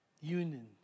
union